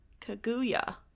Kaguya